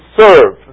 serve